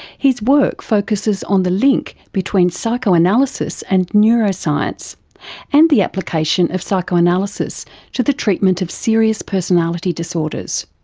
his work focuses on the link between psychoanalysis and neuroscience and the application of psychoanalysis to the treatment of serious personality disorders.